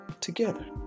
together